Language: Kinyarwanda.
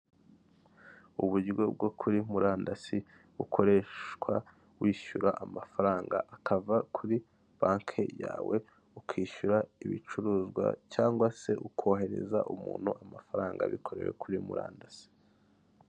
Uburyo bwo kuri murandasi bukoreshwa wishyura amafaranga akava kuri banki yawe ukishyura ibicuruzwa cyangwa se ukoherereza umuntu amafaranga bikorewe kuri murandasi.